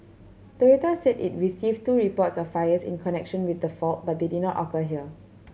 Toyota said it received two reports of fires in connection with the fault but they did not occur here